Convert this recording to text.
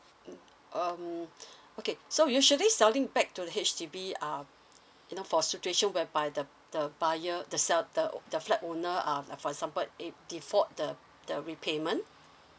mm um okay so usually selling back to H_D_B uh you know for situation whereby the the buyer the sell~ the the flat owner uh for example it default the the repayment